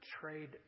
trade